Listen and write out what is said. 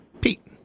Pete